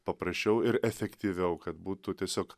paprasčiau ir efektyviau kad būtų tiesiog